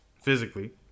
physically